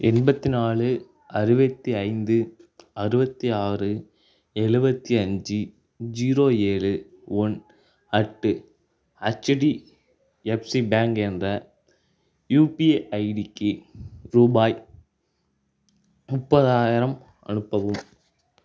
எண்பத்திநாலு அறுபத்தி ஐந்து அறுபத்தி ஆறு எழுபத்தி அஞ்சு ஜீரோ ஏழு ஒன் அட் ஹெச்டிஎஃப்சி பேங்க் என்ற யுபிஐ ஐடிக்கு ரூபாய் முப்பதாயிரம் அனுப்பவும்